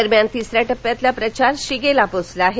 दरम्यान तिसऱ्या टप्प्यातला प्रचार शिगेला पोचला आहे